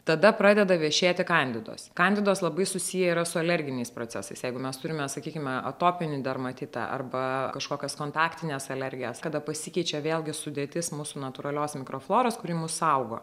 tada pradeda vešėti kandidos kandidos labai susiję yra su alerginiais procesais jeigu mes turime sakykime atopinį dermatitą arba kažkokias kontaktines alergijas kada pasikeičia vėlgi sudėtis mūsų natūralios mikrofloros kuri mus saugo